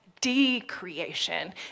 de-creation